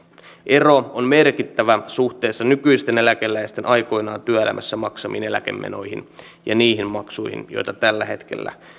ero on merkittävä nykyisten eläkeläisten aikoinaan työelämässä maksamien eläkemenojen ja niiden maksujen välillä joita tällä hetkellä